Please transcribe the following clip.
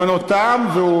זמנו תם.